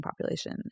population